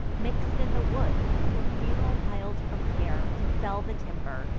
mix'd in the woods, for fun'ral piles prepare to fell the timber,